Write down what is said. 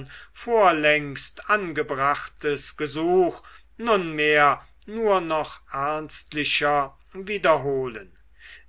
montan vorlängst angebrachtes gesuch nunmehr nur noch ernstlicher wiederholen